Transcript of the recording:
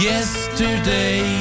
Yesterday